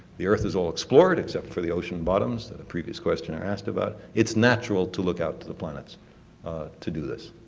the earth is all explored, except the ocean bottoms, the the previous questioner asked about. it's natural to look out to the planets to do this.